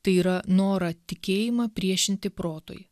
tai yra norą tikėjimą priešinti protui